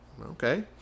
Okay